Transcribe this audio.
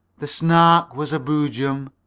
the snark was a boojum,